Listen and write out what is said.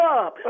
up